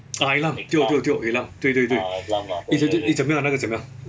ah eklam tio tio tio eklam 对对对 eh zh~ zh~ 怎样那个怎样